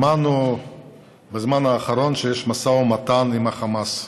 שמענו בזמן האחרון שיש משא ומתן עם החמאס.